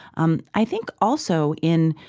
um i think, also, in